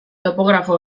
topografo